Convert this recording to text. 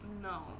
No